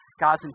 God's